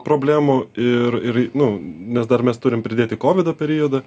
problemų ir ir nu nes dar mes turim pridėti kovido periodą